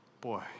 Boy